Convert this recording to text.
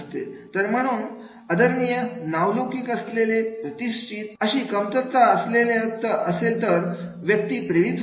तर म्हणून आदरणीय नावलौकिक असलेले प्रतिष्ठित अशी कमतरता असेल तर व्यक्ती प्रेरित होईल